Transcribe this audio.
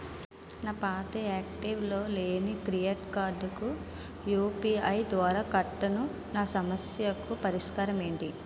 నా పాత యాక్టివ్ లో లేని క్రెడిట్ కార్డుకు యు.పి.ఐ ద్వారా కట్టాను నా సమస్యకు పరిష్కారం ఎంటి?